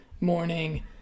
morning